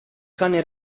cane